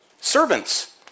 Servants